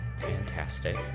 fantastic